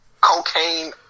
cocaine